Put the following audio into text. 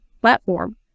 platform